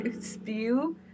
spew